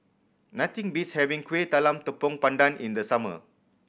nothing beats having Kueh Talam Tepong Pandan in the summer